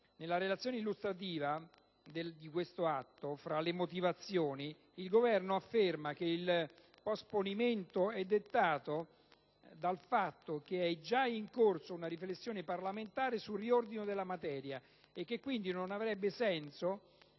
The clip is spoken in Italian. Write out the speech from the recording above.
Nella relazione illustrativa di questo atto il Governo afferma, fra le motivazioni, che il posponimento è dettato dal fatto che è già in corso una riflessione parlamentare sul riordino della materia e che quindi non avrebbe senso